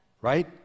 right